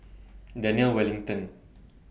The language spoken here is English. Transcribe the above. Daniel Wellington